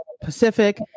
Pacific